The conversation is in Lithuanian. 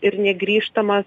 ir negrįžtamas